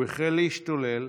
הוא החל להשתולל,